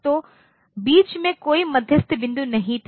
तो बीच में कोई मध्यस्थ बिंदु नहीं थे